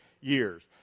years